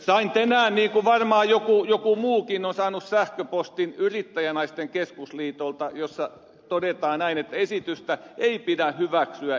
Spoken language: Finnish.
sain tänään niin kuin varmaan joku muukin on saanut sähköpostin yrittäjänaisten keskusliitolta ja siinä todetaan että esitystä ei pidä hyväksyä esitetyssä muodossa